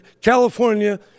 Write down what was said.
California